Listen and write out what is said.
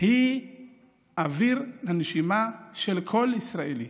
היא אוויר לנשימה של כל ישראלי.